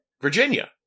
Virginia